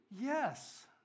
Yes